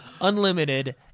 Unlimited